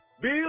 Bill